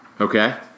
Okay